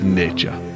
nature